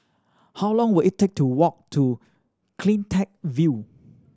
how long will it take to walk to Cleantech View